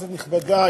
כנסת נכבדה,